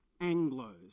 anglos